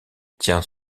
tient